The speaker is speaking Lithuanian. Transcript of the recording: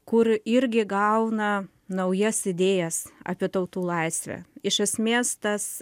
kur irgi gauna naujas idėjas apie tautų laisvę iš esmės tas